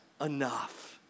enough